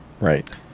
Right